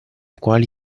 quali